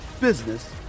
business